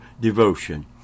devotion